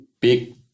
big